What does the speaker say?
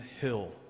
hill